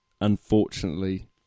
unfortunately